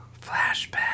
Flashback